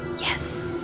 Yes